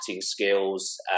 skills